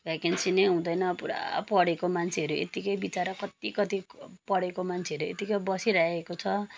vacancy नै हुँदैन पुरा पढेको मान्छेहरू यतिकै बिचरा कति कति पढेको मान्छेहरू यतिकै बसिरहेको छ